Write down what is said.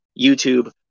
YouTube